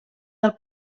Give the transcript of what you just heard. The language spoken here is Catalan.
del